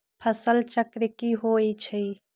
फसल चक्र की होइ छई?